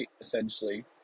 essentially